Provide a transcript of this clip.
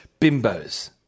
bimbos